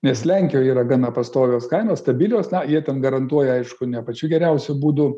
nes lenkijoj yra gana pastovios kainos stabilios jie ten garantuoja aišku ne pačiu geriausiu būdu